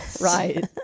right